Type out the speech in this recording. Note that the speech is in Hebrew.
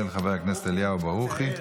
של חבר הכנסת אליהו ברוכי: